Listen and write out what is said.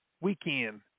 weekend